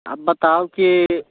आब बताउ की